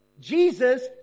Jesus